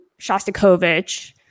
Shostakovich